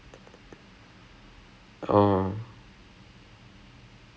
behind the scenes eh honestly like you in respect to drama honest ah சொல்ல போனா:solla ponaa